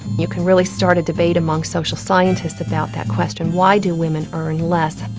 you can really start a debate among social scientists about that question why do women earn less?